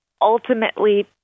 ultimately